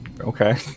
Okay